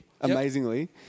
amazingly